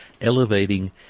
elevating